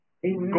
Amen